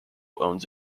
owns